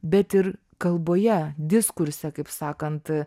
bet ir kalboje diskurse kaip sakant